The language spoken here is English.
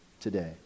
today